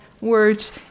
words